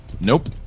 Nope